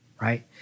right